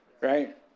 right